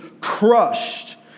crushed